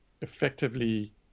effectively